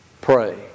Pray